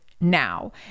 now